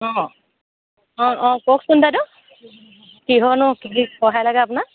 অঁ অঁ অঁ কওকচোন বাইদেউ কিহৰনো কি সহায় লাগে আপোনাক